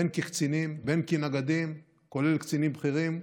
בין כקצינים, בין כנגדים, כולל קצינים בכירים,